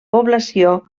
població